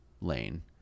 lane